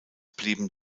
blieben